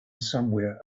somewhere